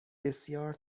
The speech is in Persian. بسیار